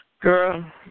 Girl